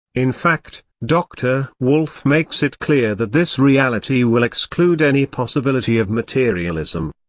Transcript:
in fact, dr. wolf makes it clear that this reality will exclude any possibility of materialism.